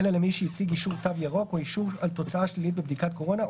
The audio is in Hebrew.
אלא למי שהציג אישור "תו ירוק" או אישור על תוצאה שלילית בבדיקת קורונה,